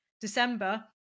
December